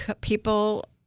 people